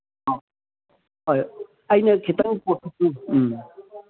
ꯍꯣꯏ ꯑꯩꯅ ꯈꯤꯇꯪ ꯎꯝ